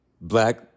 black